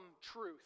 truth